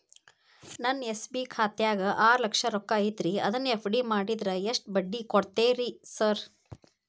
ನನ್ನ ಎಸ್.ಬಿ ಖಾತ್ಯಾಗ ಆರು ಲಕ್ಷ ರೊಕ್ಕ ಐತ್ರಿ ಅದನ್ನ ಎಫ್.ಡಿ ಮಾಡಿದ್ರ ಎಷ್ಟ ಬಡ್ಡಿ ಕೊಡ್ತೇರಿ ಸರ್?